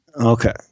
Okay